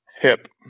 Hip